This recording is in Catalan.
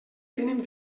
tenen